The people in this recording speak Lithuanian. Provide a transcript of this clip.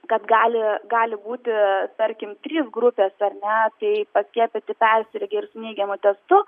kad gali gali būti tarkim trys grupės ar ne tai paskiepyti persirgę ir neigiamu testu